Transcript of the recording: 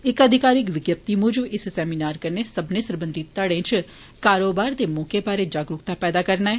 इक अधिकारिक विज्ञिप्त मूजब इस सैमीनार कन्नै सब्बनें सरबंघी घड़े च कारोबारी दे मौके बारे जागरुक्ता पैदा करना ऐ